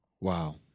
Wow